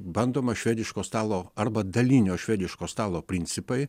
bandoma švediško stalo arba dalinio švediško stalo principai